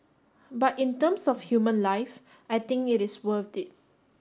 but in terms of human life I think it is worth it